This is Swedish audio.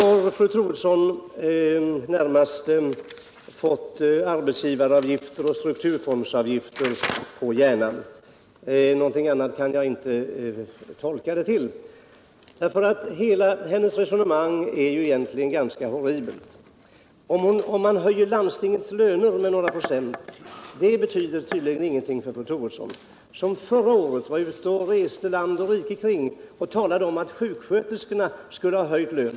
Fru Troedsson tycks närmast ha fått arbetsgivaravgifter och strukturfondsavgifter på hjärnan — på annat sätt kan jag inte tolka hennes ord. Hela hennes resonemang är egentligen ganska horribelt. Om man höjer landstingens löner med några procent betyder det tydligen ingenting för fru Troedsson, som förra året reste land och rike kring och talade om att sjuksköterskorna skulle ha höjd lön.